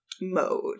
mode